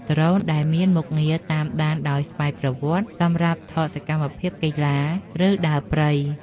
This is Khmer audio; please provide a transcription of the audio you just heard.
ដ្រូនដែលមានមុខងារតាមដានដោយស្វ័យប្រវត្តិ សម្រាប់ថតសកម្មភាពកីឡា ឬដើរព្រៃ។